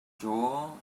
joel